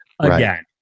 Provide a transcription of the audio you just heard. Again